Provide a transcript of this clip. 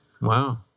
Wow